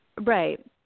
Right